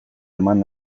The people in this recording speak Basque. eman